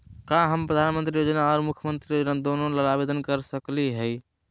का हम प्रधानमंत्री योजना और मुख्यमंत्री योजना दोनों ला आवेदन कर सकली हई?